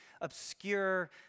obscure